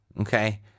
okay